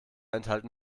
enthalten